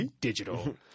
digital